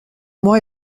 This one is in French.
moi